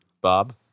bob